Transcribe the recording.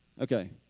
Okay